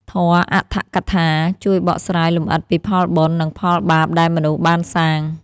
ធម៌ "អដ្ឋកថា" ជួយបកស្រាយលម្អិតពីផលបុណ្យ និងផលបាបដែលមនុស្សបានសាង។